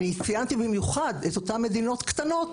אני ציינתי במיוחד את אותן מדינות קטנות,